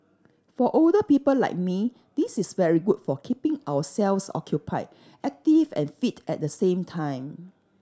for older people like me this is very good for keeping ourselves occupied active and fit at the same time